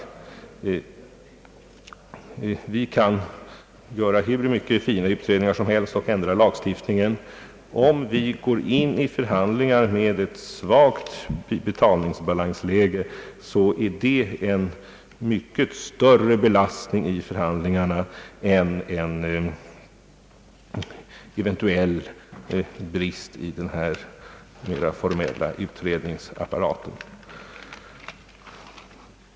Vi kan göra hur många fina utredningar som helst och ändra lagstiftningen, men om vi går in i förhandlingar med ett svagt betalningsbalansläge, så är det en mycket större belastning i förhandlingarna än en eventuell brist i den mera formella utredningsapparaten.